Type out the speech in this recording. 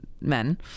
Men